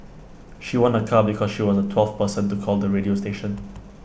she won A car because she was the twelfth person to call the radio station